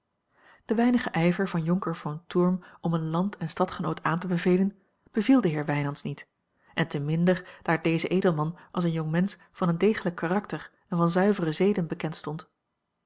de weinige ijver van jonker von thurm om een land en stadgenoot aan te bevelen beviel den heer wijnands niet en te minder daar deze edelman als een jongmensch van een degelijk karakter en van zuivere zeden bekend stond